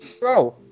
Bro